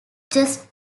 just